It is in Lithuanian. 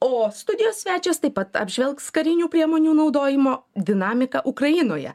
o studijos svečias taip pat apžvelgs karinių priemonių naudojimo dinamiką ukrainoje